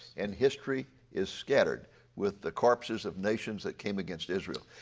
and history is scattered with the corpses of nations that came against israel.